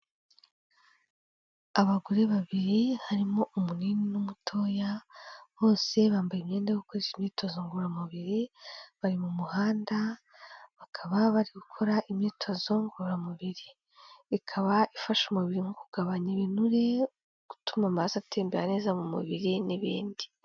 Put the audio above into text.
Abagore babiri harimo umunini n'umutoya bose bambaye imyenda yo gukoresha imyitozo ngororamubiri, bari mu muhanda bakaba bari gukora imyitozo ngororamubiri, ikaba ifasha umubiri mu kugabanya ibinure gutuma amaso atembera neza mu mubiri n'ibindi.